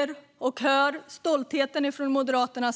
Jag såg och hörde stoltheten hos henne när hon berättade